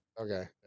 Okay